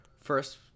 first